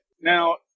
now